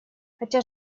хотя